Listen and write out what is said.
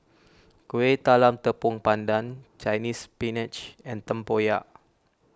Kueh Talam Tepong Pandan Chinese Spinach and Tempoyak